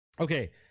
Okay